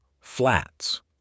flats